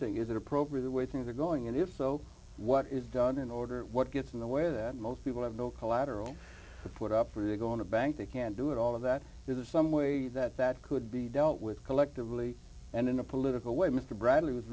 thing is that appropriate way things are going and if so what is done in order what gets in the way that most people have no collateral put up or to go in a bank they can do it all of that there's some way that that could be dealt with collectively and in a political way mr bradley was